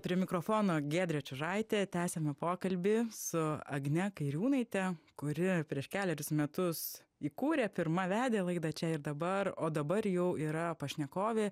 prie mikrofono giedrė čiužaitė tęsiame pokalbį su agne kairiūnaite kuri prieš kelerius metus įkūrė pirma vedė laidą čia ir dabar o dabar jau yra pašnekovė